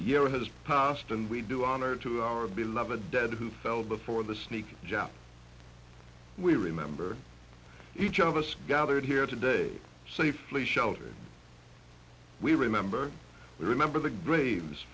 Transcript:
year has passed and we do honor to our beloved dead who fell before the sneak jab we remember each of us gathered here today safely sheltered we remember we remember the graves